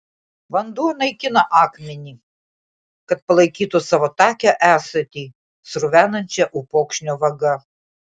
vanduo naikina akmenį kad palaikytų savo takią esatį sruvenančią upokšnio vaga